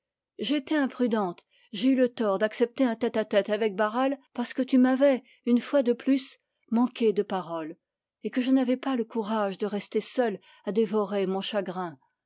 imprudente parce que tu m'avais une fois de plus manqué de parole et que je n'avais pas le courage de rester seule à dévorer mon chagrin